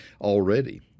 already